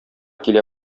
килә